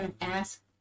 ask